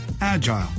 agile